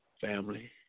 family